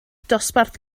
dosbarth